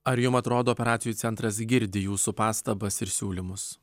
ar jum atrodo operacijų centras girdi jūsų pastabas ir siūlymus